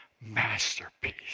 masterpiece